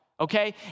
Okay